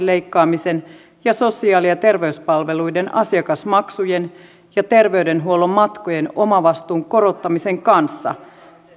leikkaamisen ja sosiaali ja terveyspalveluiden asiakasmaksujen ja terveydenhuollon matkojen omavastuun korottamisen kanssa